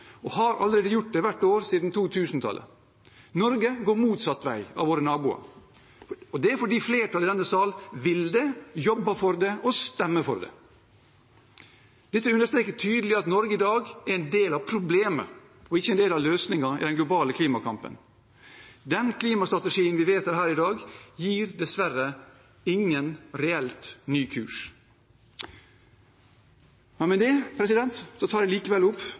nå, og har gjort det hvert år siden 2000-tallet. Norge går motsatt vei av sine naboer. Det er fordi flertallet i denne sal vil det, jobber for det og stemmer for det. Dette understreker tydelig at Norge i dag er en del av problemet, ikke en del av løsningen i den globale klimakampen. Den klimastrategien vi vedtar her i dag, gir dessverre ingen reelt ny kurs. Med det tar jeg likevel opp